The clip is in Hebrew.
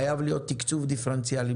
חייב להיות תקצוב דיפרנציאלי,